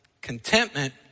contentment